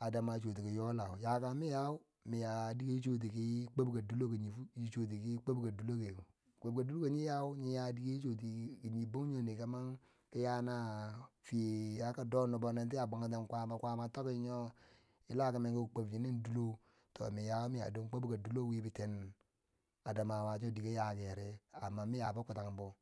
adamwa shi soti ki yola yakako mi yayeu miya dike chi chwoti ki kwobka dilo kinye ki kwobko dilo, kwobka dilo nyo yaw nyo yo fiye chi chwutiki, ki nyi banjo ri ki Fiye yakado nabboti a bwanten kwaama, kwaama toki nyo yila kimen ki kwob kimen dilo, to miya miya don kwab ka dilo wi bitine adamawa chi dike yaki yere amma miya fo kuten bo.